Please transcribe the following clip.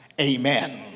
Amen